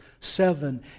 seven